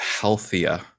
healthier